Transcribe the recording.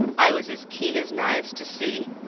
i was as keen as knives to see.